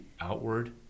outward